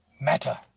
matter